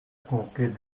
conquête